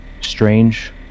strange